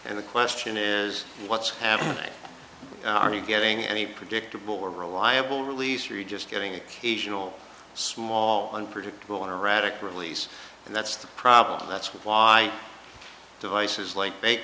and the question is what's happening are you getting any predictable reliable release or are you just getting occasional small unpredictable erratic release and that's the problem that's why devices like make